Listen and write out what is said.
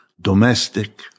domestic